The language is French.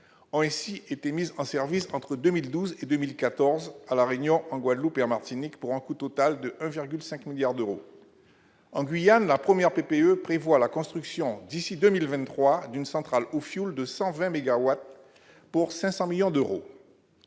ont ainsi été mises en service entre 2012 et 2014 à La Réunion, en Guadeloupe et en Martinique, pour un coût total de 1,5 milliard d'euros. En Guyane, la première PPE prévoit la construction, d'ici à 2023, d'une centrale au fioul de 120 mégawatts pour 500 millions d'euros.